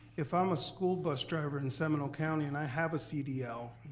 if i'm a school bus driver in seminole county and i have a cdl,